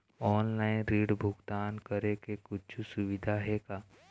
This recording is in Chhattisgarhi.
ऑनलाइन ऋण भुगतान करे के कुछू सुविधा हे का?